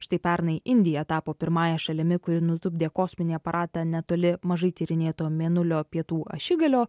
štai pernai indija tapo pirmąja šalimi kuri nutupdė kosminį aparatą netoli mažai tyrinėto mėnulio pietų ašigalio